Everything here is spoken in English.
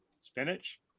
Spinach